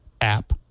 app